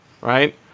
right